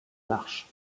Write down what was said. marches